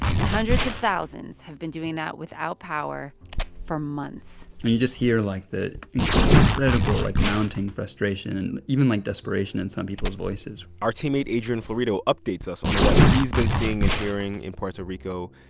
and hundreds of thousands have been doing that without power for months i mean, you just hear, like, the incredible, like, mounting frustration and even, like, desperation in some people's voices our teammate, adrian florido, updates us on what he's been seeing and hearing in puerto rico,